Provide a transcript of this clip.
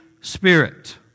Spirit